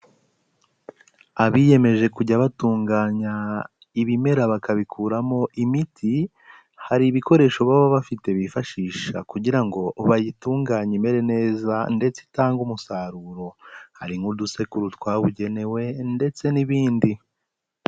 Abiyemeje kujya batunganya ibimera bakabikuramo imiti, hari ibikoresho baba bafite bifashisha kugira ngo bayitunganye imere neza, ndetse itange umusaruro. Hari nk'udusekuro twabugenewe ndetse n'ibindi.